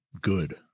good